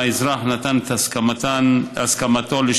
אם האזרח נתן את הסכמתו לשמירתן,